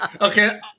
Okay